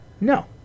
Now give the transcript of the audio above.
No